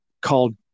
called